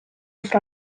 fra